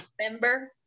Member